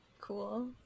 Cool